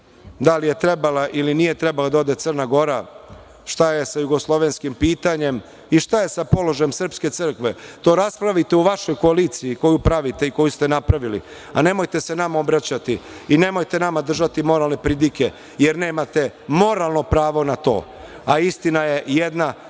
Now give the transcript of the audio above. da li je trebalo ili nije trebalo da ode Crna Gora, šta je sa jugoslovenskim pitanjem i šta je sa položajem srpske crkve. To raspravite u vašoj koaliciji koju pravite i koju ste napravili, a nemojte se nama obraćati i nemojte nama držati moralne pridike, jer nemate moralno pravo na to, a istina je jedna